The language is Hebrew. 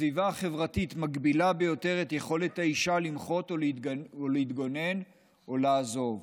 הסביבה החברתית מגבילה ביותר את יכולת האישה למחות או להתגונן או לעזוב,